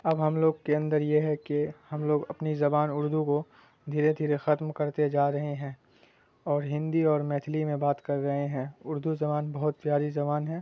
اب ہم لوگ کے اندر یہ ہے کہ ہم لوگ اپنی زبان اردو کو دھیرے دھیرے ختم کرتے جا رہے ہیں اور ہندی اور مھلی میں بات کر رہے ہیں اردو زبان بہت پیاری زبان ہے